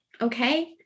okay